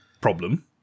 problem